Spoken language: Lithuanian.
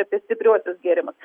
apie stipriuosius gėrimus